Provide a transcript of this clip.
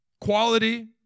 quality